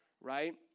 right